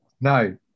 No